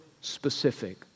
specific